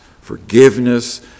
forgiveness